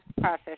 process